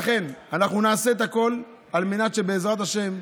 אנחנו נעשה הכול על מנת שבעזרת השם,